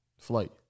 Flight